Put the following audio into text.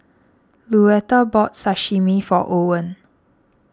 Luetta bought Sashimi for Owen